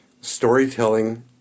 storytelling